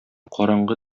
караңгы